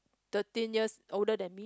thirteen years older than me